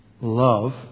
Love